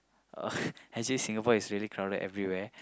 oh actually Singapore is really crowded everywhere